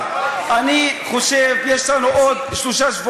אני חוסך לך את המתח: